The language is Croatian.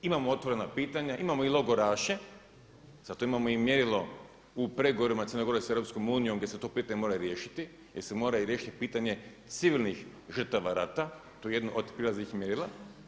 Imamo otvorena pitanja, imamo i logoraše zato imamo i mjerilo u pregovorima Crne Gore s EU gdje se to pitanje mora riješiti jer se mora riješiti i pitanje civilnih žrtava rata, to je jedno od prijelaznih mjerila.